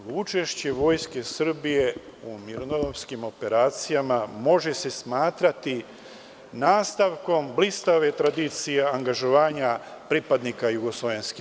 Učešće Vojske Srbije u mirnodopskim operacijama može se smatrati nastavkom blistave tradicije angažovanja pripadnika JNA.